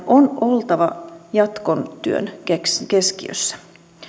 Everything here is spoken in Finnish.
on oltava jatkotyön keskiössä